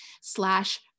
slash